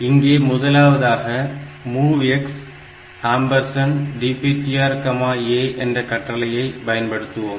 இங்கே முதலாவதாக MOVX DPTRA என்ற கட்டளையை பயன்படுத்துவோம்